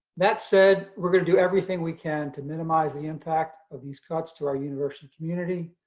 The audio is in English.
that said, we're going to do everything we can to minimize the impact of these cuts to our university community,